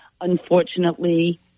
unfortunately